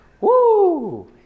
Woo